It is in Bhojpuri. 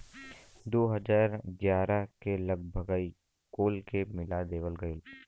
दू हज़ार ग्यारह के लगभग ई कुल के मिला देवल गएल